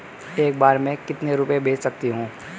एक बार में मैं कितने रुपये भेज सकती हूँ?